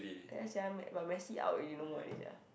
there sia but Messi out already no more already sia